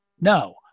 No